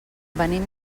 venim